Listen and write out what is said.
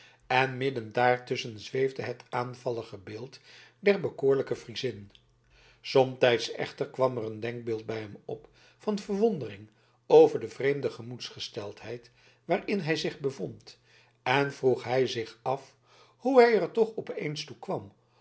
en midden daar tusschen zweefde het aanvallige beeld der bekoorlijke friezin somtijds echter kwam er een denkbeeld bij hem op van verwondering over de vreemde gemoedsgesteldheid waarin hij zich bevond en vroeg hij zich af hoe hij er toch